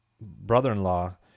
brother-in-law